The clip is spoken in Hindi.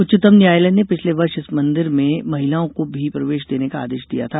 उच्चतम न्यायालय ने पिछले वर्ष इस मंदिर में महिलाओं को भी प्रवेश देने का आदेश दिया था